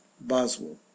boswell